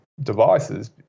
devices